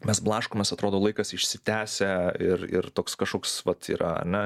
mes blaškomės atrodo laikas išsitęsia ir ir toks kažkoks vat yra ane